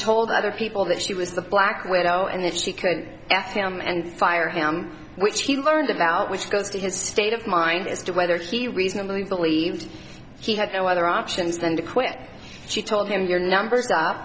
told other people that she was the black widow and if she could f e m and fire him which he learned about which goes to his state of mind as to whether she reasonably believed he had no other options than to quit she told him your numbers